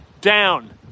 down